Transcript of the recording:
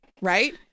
right